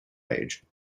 age